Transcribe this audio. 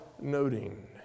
noting